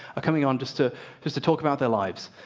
are coming on just to just to talk about their lives.